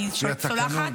אני סולחת.